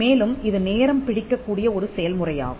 மேலும் இது நேரம் பிடிக்கக்கூடிய ஒரு செயல்முறையாகும்